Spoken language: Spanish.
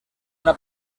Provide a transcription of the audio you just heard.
una